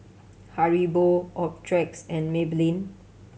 Haribo Optrex and Maybelline